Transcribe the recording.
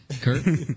Kurt